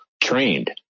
trained